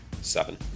Seven